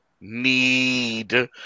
need